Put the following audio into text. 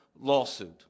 lawsuit